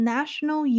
National